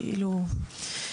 כאילו.